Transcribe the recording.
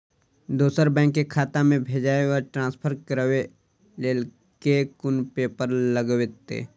दोसर बैंक केँ खाता मे भेजय वा ट्रान्सफर करै केँ लेल केँ कुन पेपर लागतै?